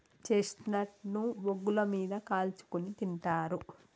chestnut ను బొగ్గుల మీద కాల్చుకుని తింటారు